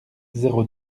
zéro